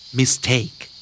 mistake